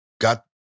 got